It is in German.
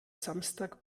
samstag